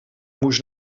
moest